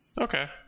Okay